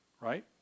right